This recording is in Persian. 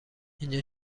اینجا